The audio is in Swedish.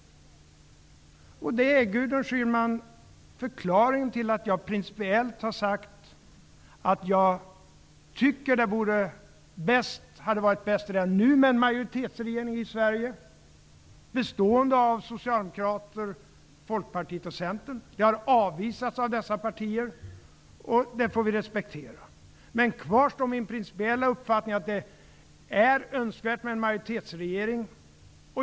Det är, Gudrun Schyman, förklaringen till att jag principiellt har sagt att jag tycker att det hade varit bäst redan nu med en majoritetsregering i Sverige, bestående av socialdemokrater, folkpartister och centerpartister. Detta har avvisats av dessa två partier, och det får vi respektera. Men kvar står min principiella uppfattning att det är önskvärt med en majoritetsregering.